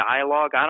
dialogue